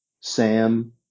Sam